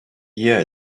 yeah